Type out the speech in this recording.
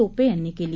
टोपे यांनी केली